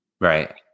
Right